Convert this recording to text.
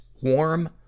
Warm